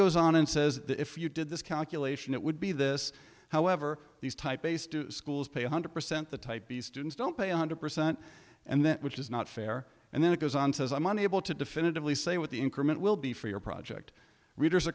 goes on and says if you did this calculation it would be this however these type base do schools pay one hundred percent the type b students don't pay one hundred percent and that which is not fair and then it goes on says i money able to definitively say what the increment will be for your project readers